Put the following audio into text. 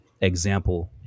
example